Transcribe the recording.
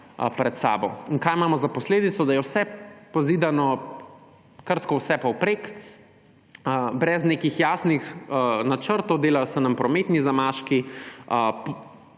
pred sabo. In kaj imamo za posledico – da je vse pozidano kar tako, vsepovprek, brez nekih jasnih načrtov, delajo se nam prometni zamaški,